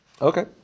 Okay